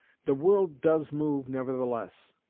the world does move nevertheless.